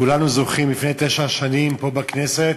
כולנו זוכרים, לפני תשע שנים, פה, בכנסת,